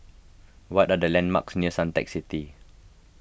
what are the landmarks near Suntec City